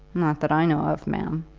not that i know of, ma'am.